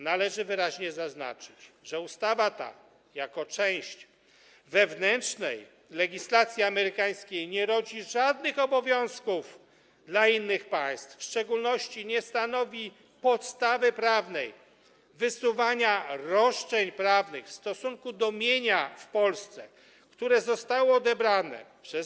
Należy wyraźnie zaznaczyć, że ustawa ta jako część wewnętrznej legislacji amerykańskiej nie rodzi żadnych obowiązków dla innych państw, w szczególności nie stanowi podstawy prawnej wysuwania roszczeń prawnych w stosunku do mienia w Polsce, które zostało odebrane przez